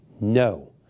no